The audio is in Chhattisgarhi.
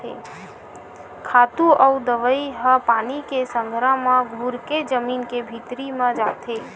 खातू अउ दवई ह पानी के संघरा म घुरके जमीन के भीतरी म जाथे